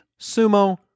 sumo